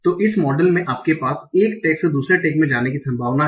तो इस मॉडल में आपके पास एक टैग से दूसरे टैग में जाने की संभावना है